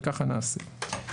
וככה נעשה.